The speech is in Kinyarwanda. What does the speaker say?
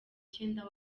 cyenda